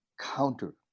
counter